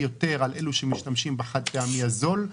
יותר על אלו שמשתמשים בחד-הפעמי הזול.